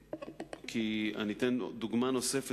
אני אתן דוגמה נוספת.